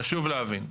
חשוב להבין,